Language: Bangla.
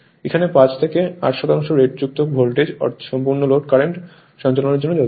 এখানে 5 থেকে 8 শতাংশ রেটযুক্ত ভোল্টেজ সম্পূর্ণ লোড কারেন্ট সঞ্চালনের জন্য যথেষ্ট